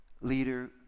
leader